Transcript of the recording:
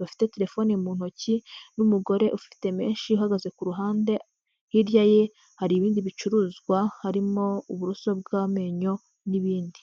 bafite telefoni mu ntoki n'umugore ufite menshi uhagaze ku ruhande, hirya ye hari ibindi bicuruzwa harimo uburoso bw'amenyo n'ibindi.